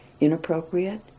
inappropriate